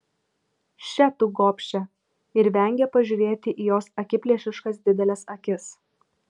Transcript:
še tu gobše ir vengė pažiūrėti į jos akiplėšiškas dideles akis